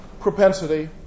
propensity